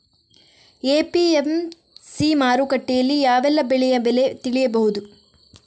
APMC ಮಾರುಕಟ್ಟೆಯಲ್ಲಿ ಯಾವೆಲ್ಲಾ ಬೆಳೆಯ ಬೆಲೆ ತಿಳಿಬಹುದು?